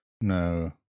No